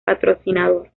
patrocinador